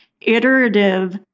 iterative